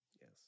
yes